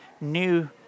new